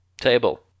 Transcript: Table